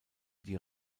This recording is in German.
die